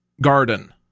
garden